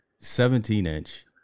17-inch